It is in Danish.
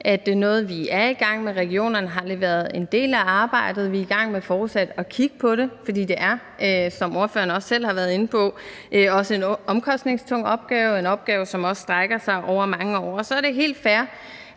at det er noget, vi er i gang med, og regionerne har leveret en del af arbejdet, og vi er i gang med fortsat at kigge på det, fordi det er, som ordføreren også selv har været inde på, også en omkostningstung opgave – en opgave, som også strækker sig over mange år. Så er det helt fair,